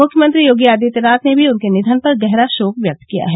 मुख्यमंत्री योगी आदित्यनाथ ने भी उनके निधन पर गहरा शोक व्यक्त किया है